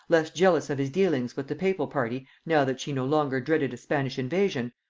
less jealous of his dealings with the papal party now that she no longer dreaded a spanish invasion,